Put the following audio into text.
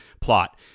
plot